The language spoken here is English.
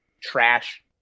trash